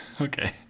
Okay